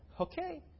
Okay